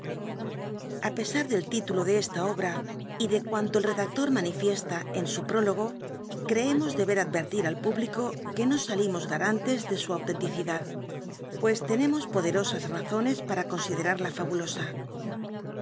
a pesar del titulo de esta obra y de cuanto el redactor mutufiesta en su prólogo creemos deber advertir al público que no saliruos garantes de su autentici dad pues tenemos poderosas razones para considerarla fabulosa